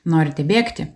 norite bėgti